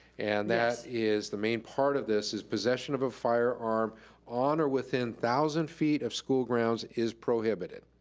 and that is, the main part of this is possession of a firearm on or within thousand feet of school grounds is prohibited.